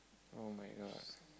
oh-my-god